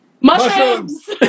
Mushrooms